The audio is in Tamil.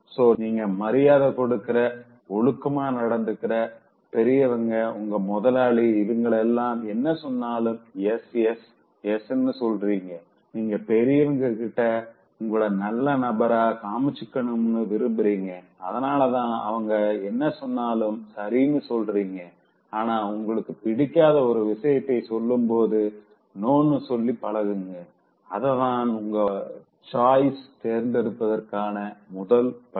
சோ நீங்க மரியாதை கொடுக்கிற ஒழுக்கமா நடந்துக்கிற பெரியவங்க உங்க முதலாளி இவங்களாம் என்ன சொன்னாலும் எஸ் எஸ் எஸ்னு சொல்றீங்கநீங்க பெரியவங்க கிட்ட உங்கள நல்ல நபரா காமிச்சுகனும்னு விரும்புவீங்க அதனாலதா அவங்க என்ன சொன்னாலும் சரினு சொல்றீங்க ஆனா உங்களுக்கு பிடிக்காத ஒரு விஷயத்த சொல்லும்போது நோனு சொல்லி பழகுங்க அதுதா உங்க choiceஐ தேர்ந்தெடுக்கிறதுகாண முதல் படி